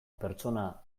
pertsona